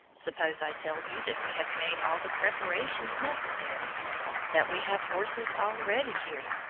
suppose i tell you that we have made all the preparations necessary that we have horses all ready here,